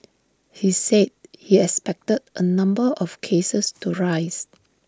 he said he expected A number of cases to rise